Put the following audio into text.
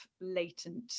latent